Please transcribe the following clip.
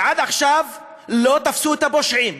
ועד עכשיו לא תפסו את הפושעים?